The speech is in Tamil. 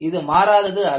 அது மாறாதது அல்ல